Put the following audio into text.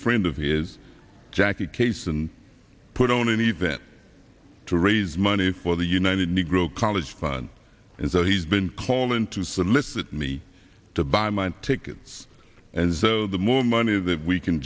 friend of his jackie caisson put on an event to raise money for the united negro college fund and so he's been called in to solicit me to buy my tickets and so the more money that we can